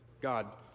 God